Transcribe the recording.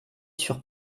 sur